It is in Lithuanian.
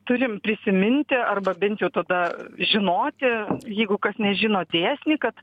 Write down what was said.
turim prisiminti arba bent jau tada žinoti jeigu kas nežino dėsnį kad